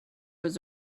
was